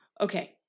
Okay